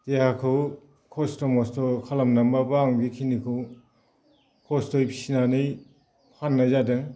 देहाखौ खस्थ' मस्थ' खालामनानैब्लाबो आं बेखिनिखौ खस्थ'यै फिनानै फाननाय जादों